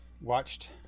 watched